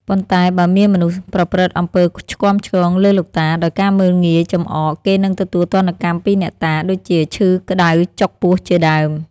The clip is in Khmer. ប៉ុន្តែបើមានមនុស្សប្រព្រឹត្តអំពើឆ្គាំឆ្គងលើលោកតា ដោយការមើលងាយ ចំអក គេនឹងទទួលទណ្ឌកម្មពីអ្នកតា ដូចជាឈឺក្តៅចុកពោះជាដើម។